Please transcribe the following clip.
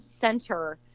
center